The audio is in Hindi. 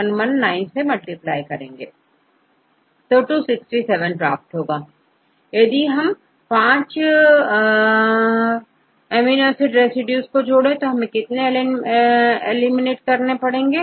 267 यहां 267 आएगा यदि हम 5 अमीनो एसिड रेसिड्यू को जोड़ें तो हम कितने एलिमिनेट करेंगे